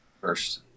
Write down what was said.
first